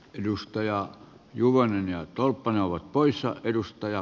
edustaja juvonen ja tolppanen ovat poissa kiitos